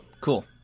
cool